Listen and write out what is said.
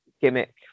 gimmick